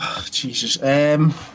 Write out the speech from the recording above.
Jesus